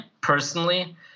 personally